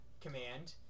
command